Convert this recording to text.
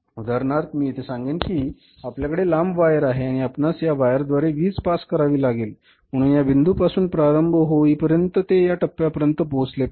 उदाहरणार्थ मी येथे सांगेन कि आपल्याकडे लांब वायर आहे आणि आपणास या वायरद्वारे वीज पास करावी लागेल म्हणून या बिंदूपासून प्रारंभ होईपर्यंत ते या टप्प्यावर पोहोचले पाहिजे